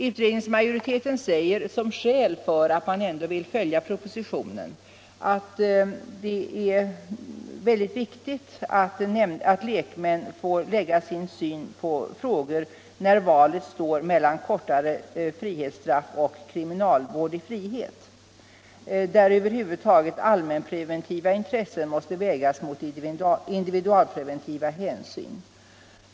Utskottsmajoriteten anför som skäl för att man ändå vill följa förslaget i propositionen, att det är av stor vikt att lekmän får lägga fram sin syn i mål när valet står mellan kortare frihetsstraff och kriminalvård i frihet, där över huvud taget allmänpreventiva intressen måste vägas mot individualpreventiva hänsyn.